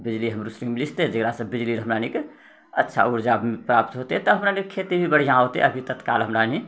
बिजली हमरोसूनीके मिलि जेतै जकरासँ बिजली रऽ हमराअनीके अच्छा ऊर्जा प्राप्त होतै तऽ हमराअनीके खेती भी बढ़िआँ होतै अभी तत्काल हमराअनी